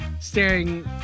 staring